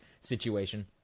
situation